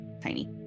tiny